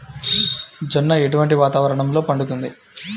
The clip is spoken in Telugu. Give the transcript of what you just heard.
జొన్న ఎటువంటి వాతావరణంలో పండుతుంది?